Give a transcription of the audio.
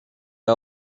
are